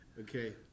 Okay